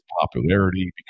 popularity